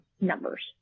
numbers